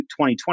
2020